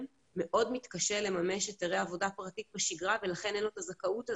מאוד מתקשה לממש היתרי עבודה פרטית בשגרה ולכן אין לו את הזכאות הזו,